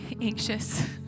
anxious